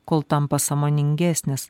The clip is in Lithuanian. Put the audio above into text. kol tampa sąmoningesnis